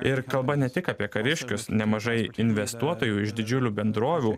ir kalba ne tik apie kariškius nemažai investuotojų iš didžiulių bendrovių